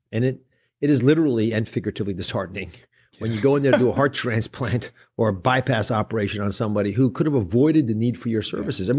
and it it is literally and figuratively disheartening when you go in there and do a heart transplant or a bypass operation on somebody who could've avoided the need for your services. and